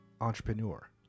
Entrepreneur